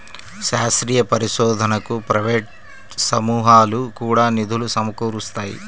శాస్త్రీయ పరిశోధనకు ప్రైవేట్ సమూహాలు కూడా నిధులు సమకూరుస్తాయి